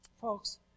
folks